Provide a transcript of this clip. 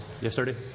yesterday